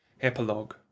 epilogue